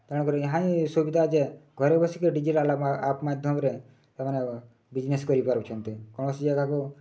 ତେଣୁକରି ଏହା ହିଁ ସୁବିଧା ଯେ ଘରେ ବସିକି ଡିଜିଟାଲ୍ ଆପ୍ ମାଧ୍ୟମରେ ସେମାନେ ବିଜ୍ନେସ୍ କରିପାରୁଛନ୍ତି କୌଣସି ଜାଗାକୁ